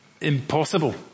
Impossible